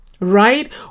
right